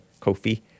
Kofi